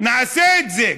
נעשה את זה.